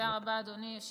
תודה רבה, אדוני היושב-ראש.